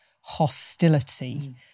hostility